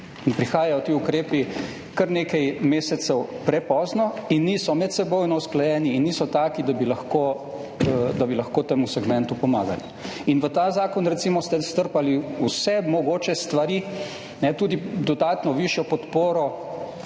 prihajajo ti ukrepi kar nekaj mesecev prepozno in niso medsebojno usklajeni in niso taki, da bi lahko, da bi lahko temu segmentu pomagali. In v ta zakon recimo ste strpali vse mogoče stvari, tudi dodatno višjo podporo